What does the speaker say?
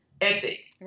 ethic